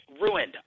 ruined